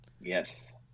Yes